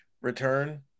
return